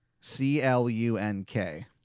C-L-U-N-K